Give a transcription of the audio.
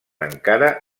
encara